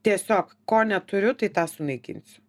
tiesiog ko neturiu tai tą sunaikinsiu